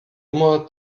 immer